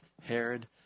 Herod